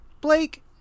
Blake